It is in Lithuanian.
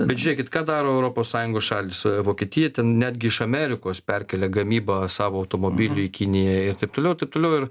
bet žiūrėkit ką daro europos sąjungos šalys vokietija ten netgi iš amerikos perkelia gamybą savo automobilių į kiniją ir taip toliau taip toliau ir